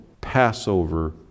Passover